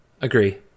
agree